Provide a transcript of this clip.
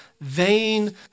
vain